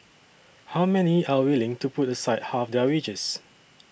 how many are willing to put aside half their wages